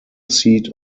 seat